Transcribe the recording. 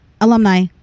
alumni